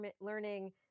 learning